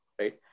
right